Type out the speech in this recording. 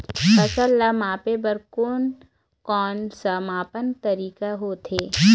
फसल ला मापे बार कोन कौन सा मापन तरीका होथे?